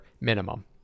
minimum